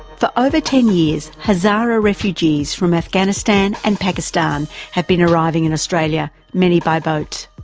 for over ten years hazara refugees from afghanistan and pakistan have been arriving in australia, many by boat.